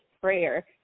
prayer